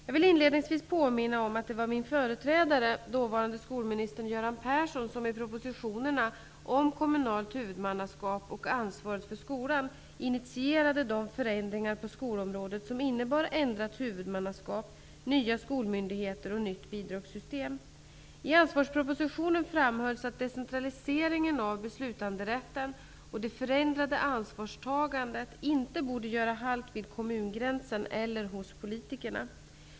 Jag vill inledningsvis påminna om att det var min företrädare, dåvarande skolministern Göran Ansvaret för skolan initierade de förändringar på skolområdet som innebar ändrat huvudmannaskap, nya skolmyndigheter och nytt bidragssystem. I Ansvarspropositionen framhölls att decentraliseringen av beslutanderätten och det förändrade ansvarstagandet inte borde göra halt vid kommungränsen eller hos politikerna.